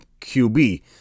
QB